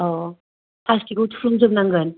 औ औ प्लासटिकखौ थुफ्लंजोबनांगोन